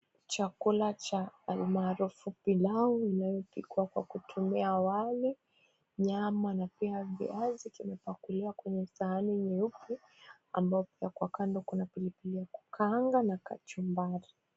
Chakula cha almaarufu pilau inayopikwa kwa kutumia wali, nyama na pia viazi kimepakuliwa kwenye sahani nyeupe ambayo pia kwa kando kuna pilipili ya kukaanga na kachumbari.